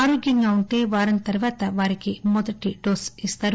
ఆరోగ్యంగా ఉంటే వారం తర్వాత వారికి మొదటి డోస్ ఇస్తారు